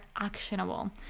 actionable